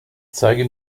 zeige